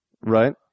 Right